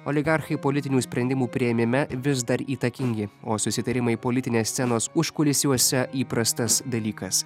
oligarchai politinių sprendimų priėmime vis dar įtakingi o susitarimai politinės scenos užkulisiuose įprastas dalykas